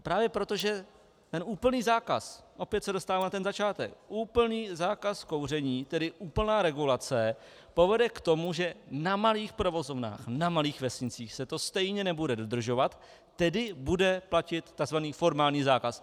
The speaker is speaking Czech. Právě proto, že úplný zákaz, opět se dostávám na začátek, úplný zákaz kouření, tedy úplná regulace povede k tomu, že na malých provozovnách na malých vesnicích se to stejně nebude dodržovat, tedy bude platit takzvaný formální zákaz.